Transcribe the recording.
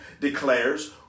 declares